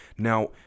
Now